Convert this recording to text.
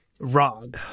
wrong